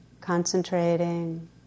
concentrating